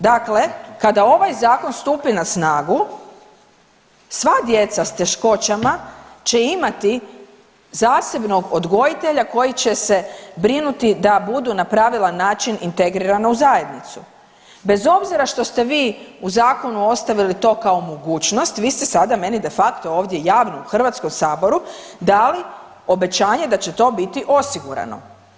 Dakle, kada ovaj zakon stupi na snagu sva djeca s teškoćama će imati zasebnog odgojitelja koji će se brinuti da budu na pravilan način integrirana u zajednicu bez obzira što ste vi u zakonu ostavili to kao mogućnost, vi ste sada meni de facto ovdje javno u HS dali obećanje da će to biti osigurano.